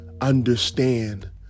understand